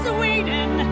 Sweden